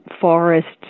forests